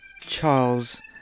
Charles